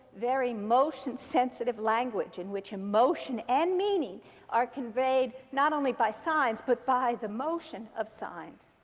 very motion sensitive language, in which emotion and meaning are conveyed not only by signs, but by the motion of signs.